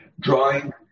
drawing